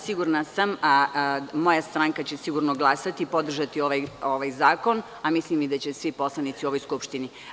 Sigurna sam, a moja stranka će sigurno glasati i podržati ovaj zakon, a mislim i da će svi poslanici u ovoj Skupštini.